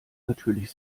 natürlich